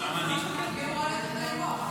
אני אמורה להיות אחרי לימור.